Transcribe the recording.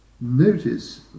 Notice